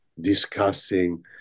discussing